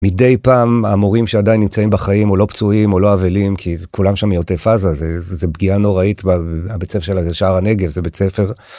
מדי פעם המורים שעדיין נמצאים בחיים או לא פצועים או לא אבלים כי כולם שם מעוטף עזה זה פגיעה נוראית בבית ספר שלה זה שער הנגב זה בית ספר.